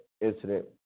incident